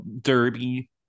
derby